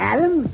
Adam